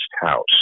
house